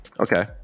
okay